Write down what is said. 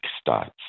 starts